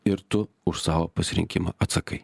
ir tu už savo pasirinkimą atsakai